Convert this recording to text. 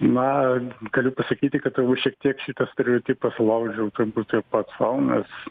na galiu pasakyti kad turbūt šiek tiek šitą stereotipą sulaužiau turbūt ir pats sau nes